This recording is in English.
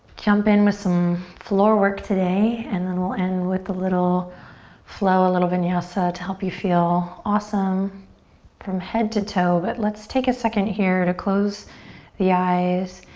jump in with some floor work today and then we'll end with a little flow, a little vinyasa, to help you feel awesome from head to toe. but let's take a second here to close the eyes.